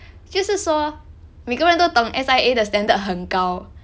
就是说每个人都懂 S_I_A 的 standard 很高